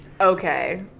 Okay